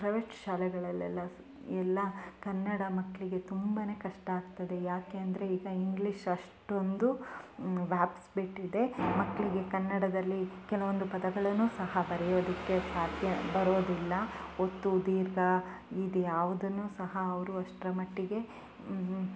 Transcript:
private ಶಾಲೆಗಳಲ್ಲೆಲ್ಲ ಎಲ್ಲ ಕನ್ನಡ ಮಕ್ಕಳಿಗೆ ತುಂಬಾ ಕಷ್ಟ ಆಗ್ತದೆ ಯಾಕೆ ಅಂದರೆ ಈಗ ಇಂಗ್ಲೀಷ್ ಅಷ್ಟೊಂದು ವ್ಯಾಪಿಸಿಬಿಟ್ಟಿದೆ ಮಕ್ಕಳಿಗೆ ಕನ್ನಡದಲ್ಲಿ ಕೆಲವೊಂದು ಪದಗಳನ್ನು ಸಹ ಬರಿಯೋದಕ್ಕೆ ಸಾಧ್ಯ ಬರೋದಿಲ್ಲ ಒತ್ತು ದೀರ್ಘ ಇದ್ಯಾವುದನ್ನು ಸಹ ಅವರು ಅಷ್ಟರ ಮಟ್ಟಿಗೆ